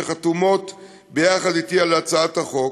שחתומות יחד אתי על הצעת החוק.